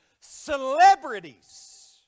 celebrities